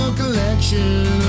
collection